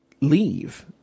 leave